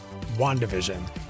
WandaVision